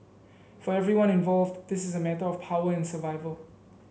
for everyone involved this is a matter of power and survival